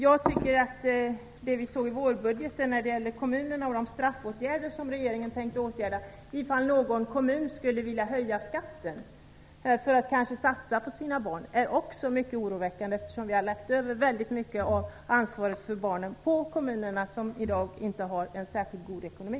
Jag tycker att de straffåtgärder som vi såg i vårbudgeten och som regeringen tänker vidta om någon kommun skulle vilja höja skatten för att satsa på barnen är mycket oroväckande. Vi har lagt över mycket ansvar för barnen på kommunerna i dag som inte har en särskild god ekonomi.